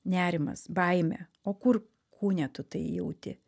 nerimas baimė o kur kūne tu tai jauti